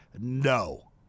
no